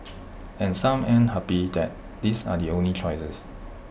and some aren't happy that these are the only choices